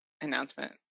announcement